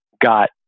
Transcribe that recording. got